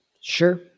Sure